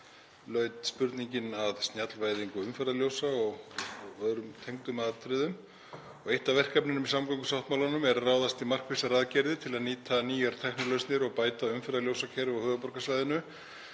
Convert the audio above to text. laut spurningin að snjallvæðingu umferðarljósa og öðrum tengdum atriðum. Eitt af verkefnunum í samgöngusáttmálanum er að ráðast í markvissar aðgerðir til að nýta nýjar tæknilausnir og bæta umferðarljósakerfi á höfuðborgarsvæðinu.